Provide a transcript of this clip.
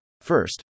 First